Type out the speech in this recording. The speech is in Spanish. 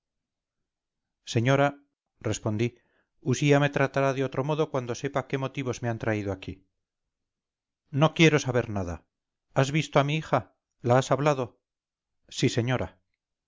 sentimientos nobles señora respondí usía me tratará de otro modo cuando sepa qué motivos me han traído aquí no quiero saber nada has visto a mi hija la has hablado sí señora